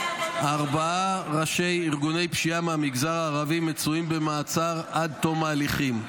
ארבעה ראשי ארגוני פשיעה מהמגזר הערבי מצויים במעצר עד תום ההליכים.